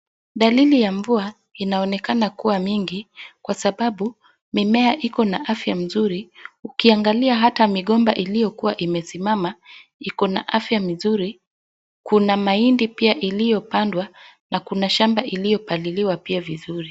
Dalili ya mvua inaonekana kuwa mingi kwa sababu mimea iko na afya mzuri. Ukiangalia hata migomba iliyokuwa imesimama, iko na afya vizuri. Kuna mahindi pia iliyopandwa na kuna shamba iliyopaliliwa pia vizuri.